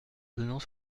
donnant